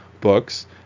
books